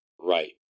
right